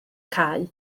cau